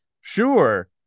Sure